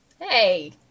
Hey